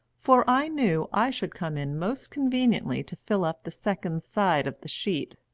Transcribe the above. for i knew i should come in most conveniently to fill up the second side of the sheet.